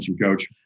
Coach